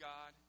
God